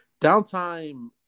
downtime